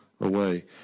away